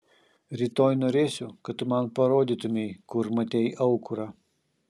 rytoj norėsiu kad tu man parodytumei kur matei aukurą